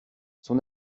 son